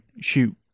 shoot